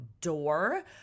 door